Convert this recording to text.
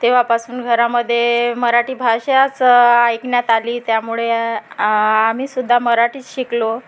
तेव्हापासून घरामध्ये मराठी भाषाच ऐकण्यात आली त्यामुळे आम्ही सुद्धा मराठीच शिकलो